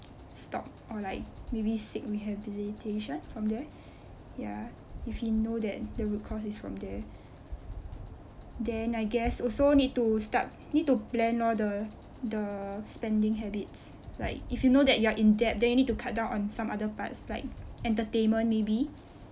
stop or like maybe seek rehabilitation from there ya if he know that the root cause is from there then I guess also need to start need to plan all the the spending habits like if you know that you are in debt then you need to cut on some other parts like entertainment maybe